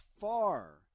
far